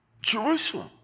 Jerusalem